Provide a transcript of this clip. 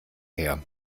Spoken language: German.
her